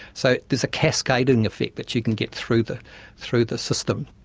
so there's a cascading effect that you can get through the through the system.